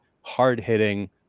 hard-hitting